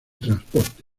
transporte